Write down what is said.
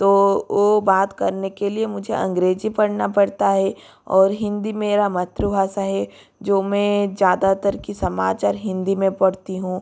तो वो बात करने के लिए मुझे अंग्रेज़ी पढ़ना पड़ता है और हिन्दी मेरा मात्र भाषा है जो मैं ज़्यादातर कि समाचार हिन्दी में पढ़ती हूँ